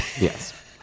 yes